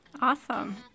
Awesome